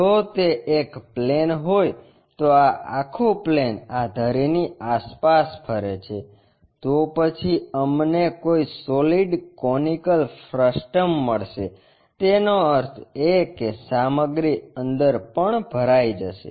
જો તે એક પ્લેન હોય તો આ આખું પ્લેન આ ધરીની આસપાસ ફરે છે તો પછી અમને કોઈ સોલીડ કોનીકલ ફ્રસ્ટમ મળશે તેનો અર્થ એ કે સામગ્રી અંદર પણ ભરાઈ જશે